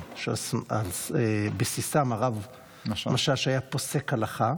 שעל בסיסם הרב משאש היה פוסק הלכה.